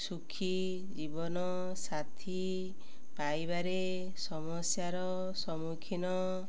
ସୁଖୀ ଜୀବନସାଥି ପାଇବାରେ ସମସ୍ୟାର ସମ୍ମୁଖୀନ